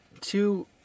two